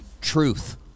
Truth